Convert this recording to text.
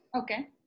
Okay